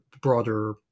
broader